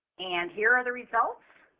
and here are the results.